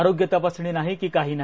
आरोग्य तपासणी नाही कि काही नाही